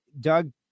Doug